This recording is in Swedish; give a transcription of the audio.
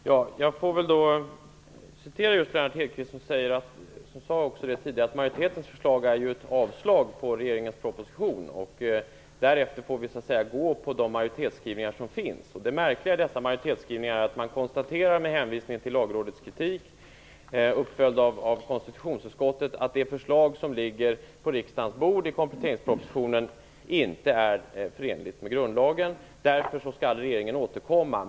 Herr talman! Jag får väl citera Lennart Hedquist som säger att majoritetens förslag är ett avslag på regeringens proposition. Därefter får vi gå på de majoritetsskrivningar som finns. Det märkliga i dessa majoritetsskrivningar är att man med hänvisning till Lagrådets kritik, uppföljd av konstitutionsutskottet, konstaterar att det förslag som ligger på riksdagens bord i kompletteringspropositionen inte är förenligt med grundlagen. Därför skall regeringen återkomma.